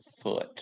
foot